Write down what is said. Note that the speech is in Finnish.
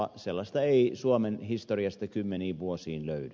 sellaista ei suomen historiasta kymmeniin vuosiin löydy